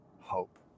hope